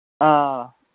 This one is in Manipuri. ꯑꯥ